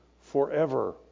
forever